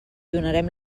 donarem